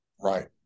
Right